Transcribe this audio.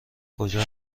کجا